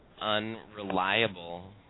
unreliable